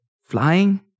Flying